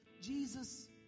Jesus